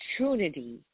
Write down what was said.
opportunity